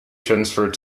transferred